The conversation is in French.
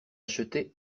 acheté